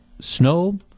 snow